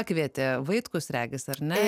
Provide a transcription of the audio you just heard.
pakvietė vaitkus regisar ne